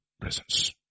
presence